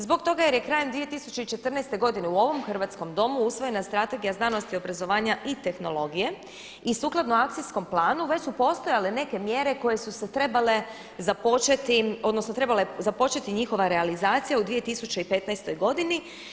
Zbog toga jer je krajem 2014.godine u ovom hrvatskom Domu usvojena Strategija znanosti, obrazovanja i tehnologije i sukladno akcijskom planu već su postojale neke mjere koje su se trebale započeti odnosno trebala je započeti njihova realizacija u 2015. godini.